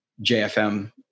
JFM